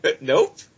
Nope